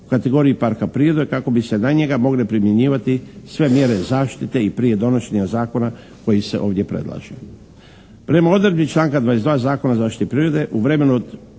u kategoriji parka prirode, kako bi se na njega mogle primjenjivati sve mjere zaštite i prije donošenja zakona koji se ovdje predlaže.